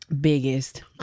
Biggest